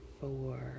four